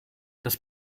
das